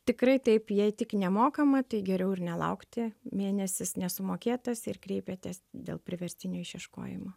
tikrai taip jei tik nemokama tai geriau ir nelaukti mėnesis nesumokėtas ir kreipiatės dėl priverstinio išieškojimo